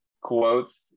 quotes